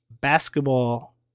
basketball